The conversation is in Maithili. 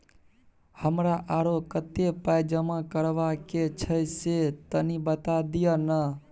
हमरा आरो कत्ते पाई जमा करबा के छै से तनी बता दिय न?